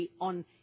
on